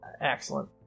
Excellent